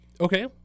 Okay